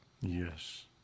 Yes